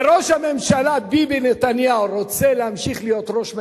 וראש הממשלה ביבי נתניהו רוצה להמשיך להיות ראש הממשלה,